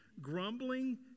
Grumbling